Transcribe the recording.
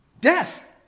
Death